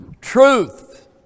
truth